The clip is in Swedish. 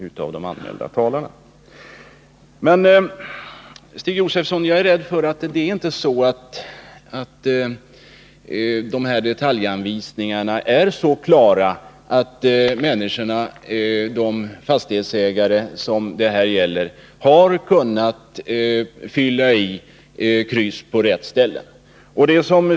Jag är, Stig Josefson, rädd för att detaljanvisningarna inte är så klara att alla fastighetsägare har kunnat fylla i kryss på rätt ställe.